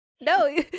no